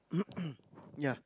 yeah